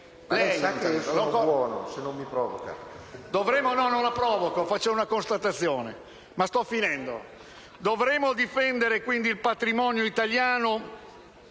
Lei sa che sono buono, se non mi provoca.